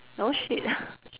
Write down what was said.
no shit